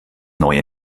neue